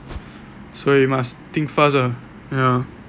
so you must think fast ah ya